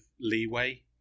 leeway